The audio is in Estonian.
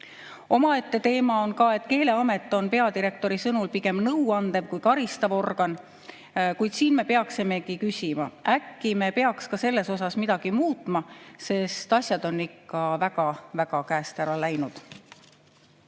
midagi. Omaette teema on ka, et Keeleamet on peadirektori sõnul pigem nõuandev kui karistav organ. Kuid me peaksimegi küsima, et äkki me peaks ka siin midagi muutma, sest asjad on ikka väga-väga käest ära läinud.